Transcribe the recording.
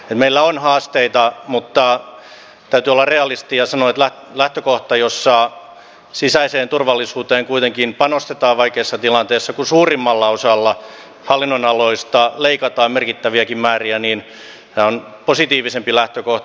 meillä on haasteita mutta täytyy olla realisti ja sanoa että jos sisäiseen turvallisuuteen kuitenkin panostetaan vaikeissa tilanteissa kun suurimmalla osalla hallinnonaloista leikataan merkittäviäkin määriä niin tämä on positiivisempi lähtökohta